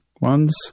ones